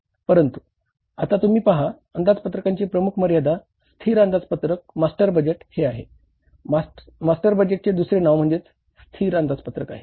परंतु आता तुम्ही पहा अंदाजपत्रकाची प्रमुख मर्यादा स्थिर अंदाजपत्रक मास्टर बजेट हे आहे मास्टर बजेटचे दुसरे नाव म्हणजे स्थिर अंदाजपत्रक आहे